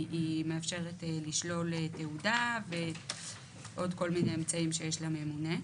מאפשרת לשלול תעודה ועוד כל מיני אמצעים שיש לממונה.